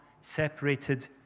separated